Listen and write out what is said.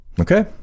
Okay